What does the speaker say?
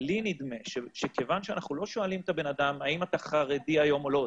לי נדמה שכיוון שאנחנו לא שואלים את הבן אדם האם הוא חרדי היום או לא,